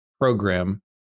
program